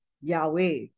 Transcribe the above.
Yahweh